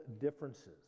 differences